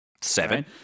Seven